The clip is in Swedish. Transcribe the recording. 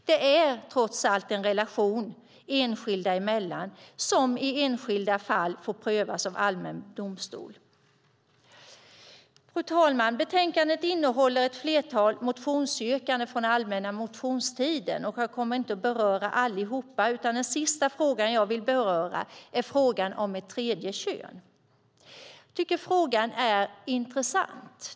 Det är trots allt en relation enskilda emellan som i enskilda fall får prövas av allmän domstol. Fru talman! Betänkandet innehåller ett flertal motionsyrkanden från allmänna motionstiden. Jag kommer inte att beröra alla. Den sista frågan som jag vill beröra är frågan om ett tredje kön. Jag tycker att frågan är intressant.